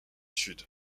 sud